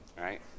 Right